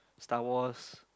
Star-Wars